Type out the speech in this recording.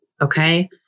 Okay